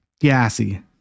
gassy